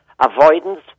avoidance